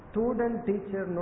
Student-teacher